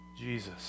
Jesus